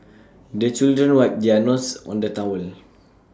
the children wipe their noses on the towel